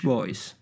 Boys